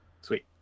sweet